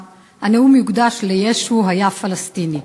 הנאום יוקדש ל"ישו היה פלסטיני".